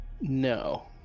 No